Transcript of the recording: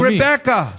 Rebecca